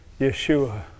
Yeshua